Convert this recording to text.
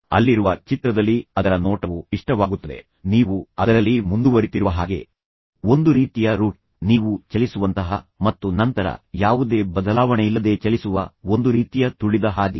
ಅಲ್ಲಿರುವ ಚಿತ್ರದಲ್ಲಿ ಅದರ ನೋಟವು ಇಷ್ಟವಾಗುತ್ತದೆ ನೀವು ಅದರಲ್ಲಿ ಮುಂದುವರಿತಿರುವ ಹಾಗೆ ಒಂದು ರೀತಿಯ ರೂಟ್ ನೀವು ಚಲಿಸುವಂತಹ ಮತ್ತು ನಂತರ ಯಾವುದೇ ಬದಲಾವಣೆಯಿಲ್ಲದೆ ಚಲಿಸುವ ಒಂದು ರೀತಿಯ ತುಳಿದ ಹಾದಿ